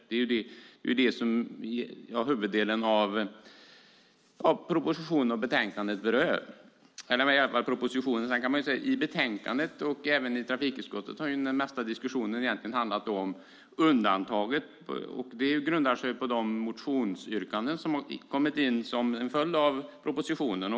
Det är det som huvuddelen av propositionen men även betänkandet berör. I trafikutskottet och i betänkandet har diskussionen mest handlat om undantagen. Det grundar sig på de motionsyrkanden som har tillkommit som en följd av propositionen.